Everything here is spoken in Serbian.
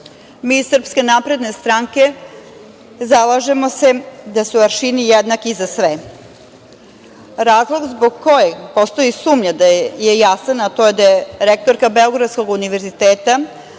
iz SNS zalažemo se da su aršini jednaki za sve. Razlog zbog kojeg postoji sumnja da je jasan, a to je da je rektorka Beogradskog univerziteta